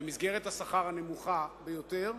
במסגרת השכר הנמוכה ביותר,